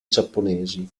giapponesi